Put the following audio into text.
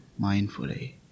mindfully